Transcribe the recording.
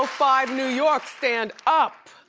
five new york, stand up.